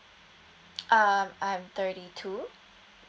uh I'm thirty two